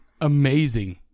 amazing